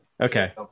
Okay